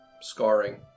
scarring